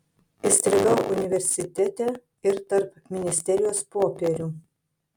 įstrigau universitete ir tarp ministerijos popierių